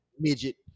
midget